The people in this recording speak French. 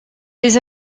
ses